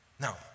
Now